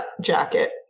jacket